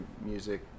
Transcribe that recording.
music